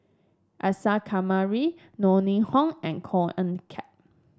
Isa Kamari Yeo Ning Hong and Koh Eng Kian